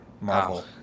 Marvel